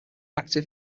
active